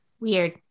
Weird